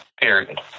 period